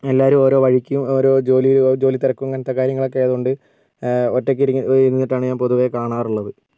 എല്ലാവരും ഓരോ വഴിക്കും ഓരോ ജോലിയിലും ജോലിത്തിരക്കും അങ്ങനത്തെ കാര്യങ്ങൾ ഒക്കെ ആയതുകൊണ്ട് ഒറ്റയ്ക്ക് ഇരുന്നിട്ടാണ് ഞാൻ പൊതുവേ കാണാറുള്ളത്